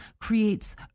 creates